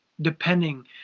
depending